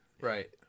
Right